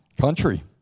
Country